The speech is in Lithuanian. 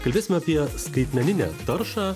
kalbėsim apie skaitmeninę taršą